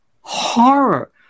horror